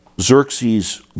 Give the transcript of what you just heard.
Xerxes